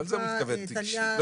המתמחה טליה --- גם